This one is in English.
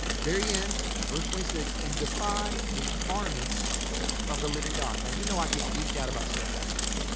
very end. verse twenty six, and defy the armies of the living god. now you know i get geeked out about stuff like this.